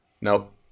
nope